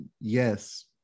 yes